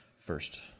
first